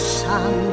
sun